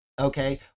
Okay